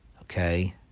Okay